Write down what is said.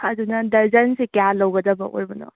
ꯑꯗꯨꯅ ꯗꯔꯖꯟꯁꯦ ꯀꯌꯥ ꯂꯧꯒꯗꯕ ꯑꯣꯏꯕꯅꯣ